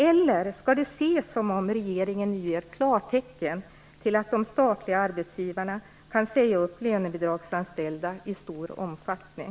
Eller skall det ses som att regeringen nu ger klartecken till att de statliga arbetsgivarna kan säga upp lönebidragsanställda i stor omfattning?